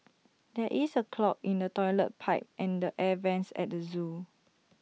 there is A clog in the Toilet Pipe and the air Vents at the Zoo